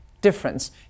difference